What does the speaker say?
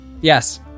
Yes